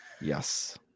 yes